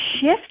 shift